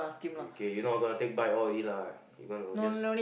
okay you not gonna take bike already lah you gonna just